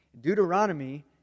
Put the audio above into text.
Deuteronomy